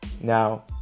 Now